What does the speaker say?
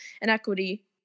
inequity